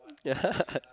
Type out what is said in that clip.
yeah